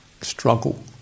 struggle